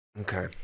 Okay